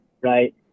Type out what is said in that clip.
right